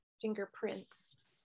fingerprints